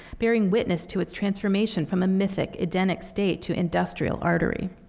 bearing witness to its transformation from a mythic edenic state to industrial artery.